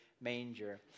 manger